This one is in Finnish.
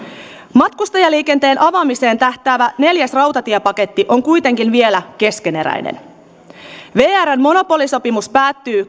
matkustajaliikenteen avaamiseen tähtäävä neljäs rautatiepaketti on kuitenkin vielä keskeneräinen vrn monopolisopimus päättyy